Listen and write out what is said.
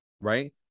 right